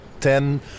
ten